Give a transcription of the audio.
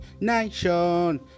Nation